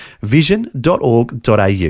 vision.org.au